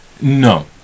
No